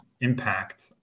impact